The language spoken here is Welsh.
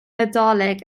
nadolig